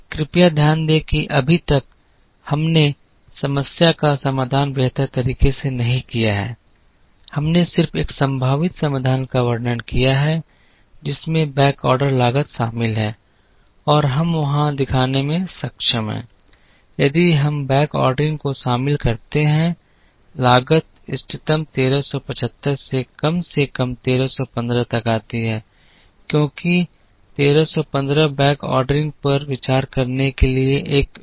कृपया ध्यान दें कि अभी तक हमने समस्या का समाधान बेहतर तरीके से नहीं किया है हमने सिर्फ एक संभावित समाधान का वर्णन किया है जिसमें बैकऑर्डर लागत शामिल है और हम वहां दिखाने में सक्षम हैं यदि हम बैकऑर्डरिंग को शामिल करते हैं लागत इष्टतम 1375 से कम से कम 1315 तक आती है क्योंकि 1315 बैकऑर्डरिंग पर विचार करने के लिए एक व्यवहार्य समाधान है